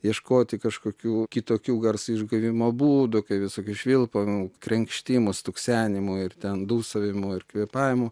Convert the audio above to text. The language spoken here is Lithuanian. ieškoti kažkokių kitokių garsų išgavimo būdų kaip visokių švilpavimų krenkštimų stuksenimų ir ten dūsavimų ir kvėpavimų